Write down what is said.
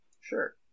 Sure